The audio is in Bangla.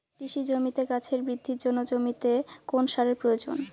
কৃষি জমিতে গাছের বৃদ্ধির জন্য জমিতে কোন সারের প্রয়োজন?